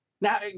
Now